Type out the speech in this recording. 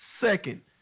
second